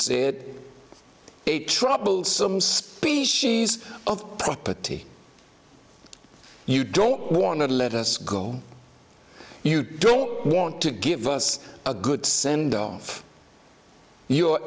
a troublesome species of property you don't want to let us go you don't want to give us a good sendoff your